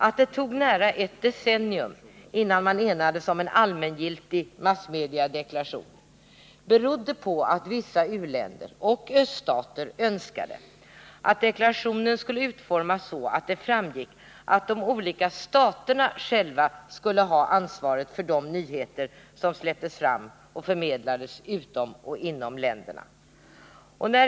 Att det tog nära ett decennium innan man enades om en allmängiltig massmediadeklaration berodde på att vissa u-länder och öststater önskade att deklarationen skulle utformas så att det framgick att de olika staterna själva skulle ha ansvaret för de nyheter som släpptes fram och förmedlades utom och inom länderna.